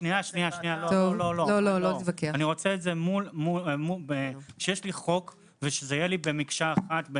אני רוצה חוק ושהוא יהיה במקשה אחת.